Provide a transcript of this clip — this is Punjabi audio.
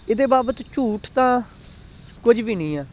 ਇਹਦੇ ਬਾਬਤ ਝੂਠ ਤਾਂ ਕੁਝ ਵੀ ਨਹੀਂ ਆ